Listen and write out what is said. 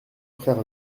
frère